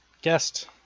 guest